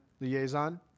liaison